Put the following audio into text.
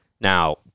Now